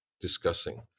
discussing